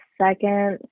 second